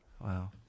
Wow